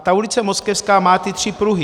A ta ulice Moskevská má ty tři pruhy